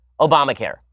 Obamacare